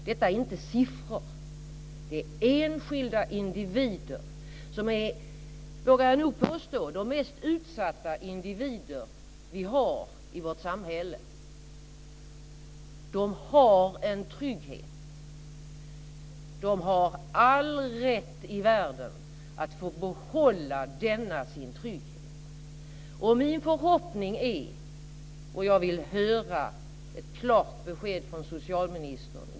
Det är inte fråga om siffror. Det är enskilda individer som är, vågar jag påstå, de mest utsatta individer vi har i vårt samhälle. De har en trygghet. De har all rätt i världen att få behålla denna sin trygghet.